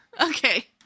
Okay